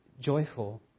joyful